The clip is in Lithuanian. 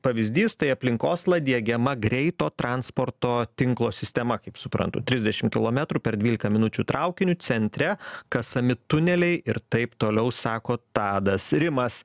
pavyzdys tai aplink oslą diegiama greito transporto tinklo sistema kaip suprantu trisdešim kilometrų per dvylika minučių traukiniu centre kasami tuneliai ir taip toliau sako tadas rimas